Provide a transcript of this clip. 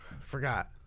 Forgot